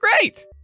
Great